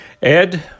Ed